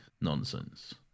nonsense